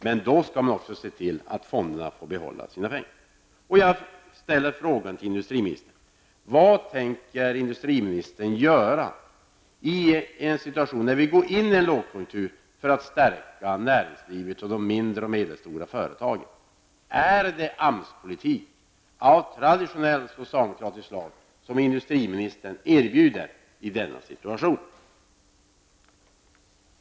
Men då skall ni också se till att fonderna får behålla sina pengar! AMS-politik av traditionellt socialdemokratiskt slag som industriministern erbjuder i denna situation?